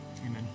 Amen